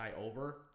over